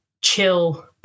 chill